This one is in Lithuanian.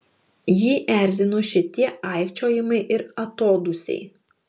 jį erzino šitie aikčiojimai ir atodūsiai